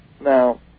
Now